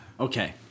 Okay